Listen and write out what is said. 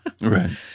Right